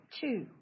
two